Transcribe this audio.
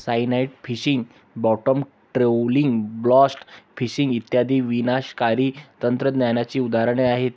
cyanide fishing, bottom trawling, blast fishing इत्यादी विनाशकारी तंत्रज्ञानाची उदाहरणे आहेत